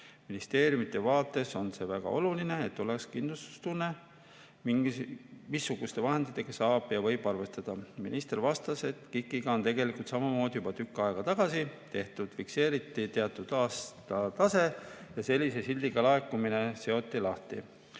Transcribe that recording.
Ministeeriumide vaates on see väga oluline, et oleks kindlustunne, missuguste vahenditega võib arvestada. Minister vastas, et KIK-iga on tegelikult juba tükk aega tagasi samamoodi tehtud: fikseeriti teatud aasta tase ja selline sildiga laekumine seoti lahti.